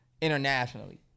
internationally